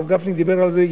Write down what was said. הרב גפני דיבר על זה,